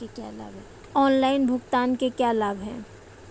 Online भुगतान के क्या लाभ हैं?